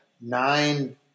nine